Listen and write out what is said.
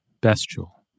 bestial